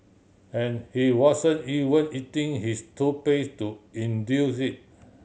and he wasn't even eating his toothpaste to induce it